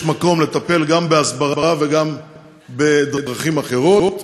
יש מקום לטפל גם בהסברה וגם בדרכים אחרות,